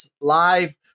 live